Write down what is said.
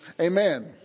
Amen